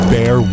Bear